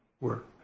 work